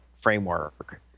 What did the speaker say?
framework